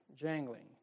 jangling